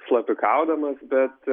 slapikaudamas bet